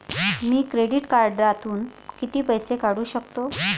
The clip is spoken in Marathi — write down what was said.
मी क्रेडिट कार्डातून किती पैसे काढू शकतो?